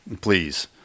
Please